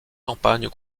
campagnes